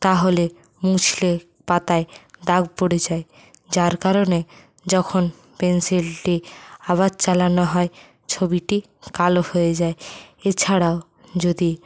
তাহলে মুছলে পাতায় দাগ পড়ে যায় যার কারণে যখন পেনসিলটি আবার চালানো হয় ছবিটি কালো হয়ে যায় এছাড়াও যদি